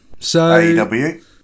AEW